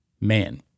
man